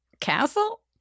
Castle